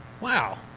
wow